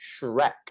Shrek